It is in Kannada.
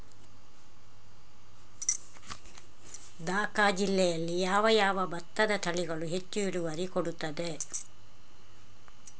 ದ.ಕ ಜಿಲ್ಲೆಯಲ್ಲಿ ಯಾವ ಯಾವ ಭತ್ತದ ತಳಿಗಳು ಹೆಚ್ಚು ಇಳುವರಿ ಕೊಡುತ್ತದೆ?